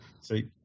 See